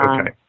Okay